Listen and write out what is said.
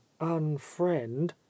unfriend